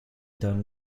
done